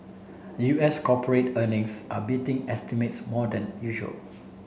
U S corporate earnings are beating estimates more than usual